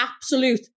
absolute